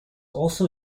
also